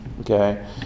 okay